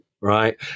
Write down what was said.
right